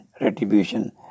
retribution